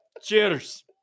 Cheers